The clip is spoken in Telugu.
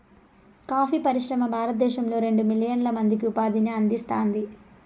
కాఫీ పరిశ్రమ భారతదేశంలో రెండు మిలియన్ల మందికి ఉపాధిని అందిస్తాంది